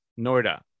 Norda